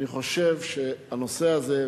אני חושב שהנושא הזה,